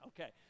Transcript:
Okay